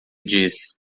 disse